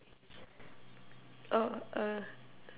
oh uh